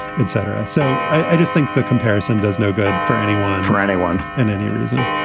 etc. so i just think the comparison does no good for anyone, for anyone and any reason